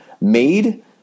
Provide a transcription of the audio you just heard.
made